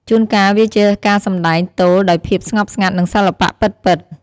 ជួនកាលវាជាការសម្ដែងទោលដោយភាពស្ងប់ស្ងាត់ និងសិល្បៈពិតៗ។